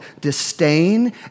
disdain